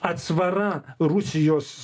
atsvara rusijos